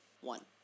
One